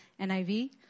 NIV